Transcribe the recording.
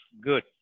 good